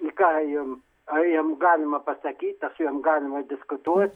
į ką jom ar jom galima pasakyt ar su jom galima diskutuot